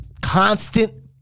Constant